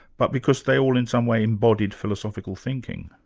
but because they all in some way embodied philosophical thinking.